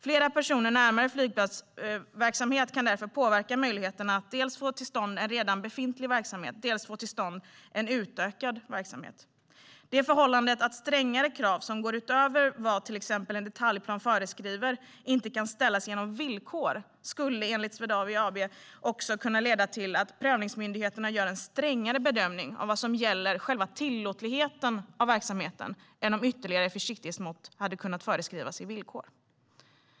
Flera personer närmare flygplatsverksamhet kan därför påverka möjligheterna att dels få tillstånd till en redan befintlig verksamhet, dels få tillstånd till en utökad verksamhet. Att strängare krav som går utöver vad till exempel en detaljplan föreskriver inte kan ställas genom villkor skulle enligt Swedavia AB också kunna leda till att prövningsmyndigheten gör en strängare bedömning vad gäller själva tillåtligheten av verksamheten än om ytterligare försiktighetsmått hade kunnat föreskrivas i villkor.